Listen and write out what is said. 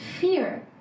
fear